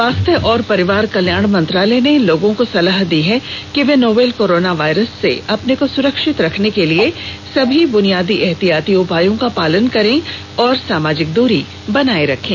स्वास्थ्य और परिवार कल्याण मंत्रालय ने लोगों को सलाह दी है कि वे नोवल कोरोना वायरस से अपने को सुरक्षित रखने के लिए सभी बुनियादी एहतियाती उपायों का पालन करें और सामाजिक दूरी बनाए रखें